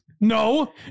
no